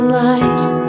life